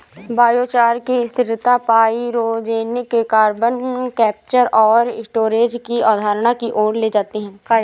biochar की स्थिरता pyrogenic carbon capture और स्टोरेज की अवधारणा की ओर ले जाती है